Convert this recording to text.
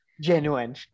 Genuine